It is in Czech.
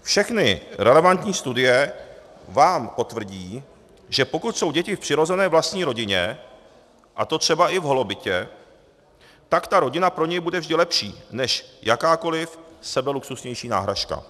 Všechny relevantní studie vám potvrdí, že pokud jsou děti v přirozené vlastní rodině, a to třeba i v holobytě, tak ta rodina pro ně bude vždy lepší než jakákoli sebeluxusnější náhražka.